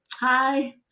Hi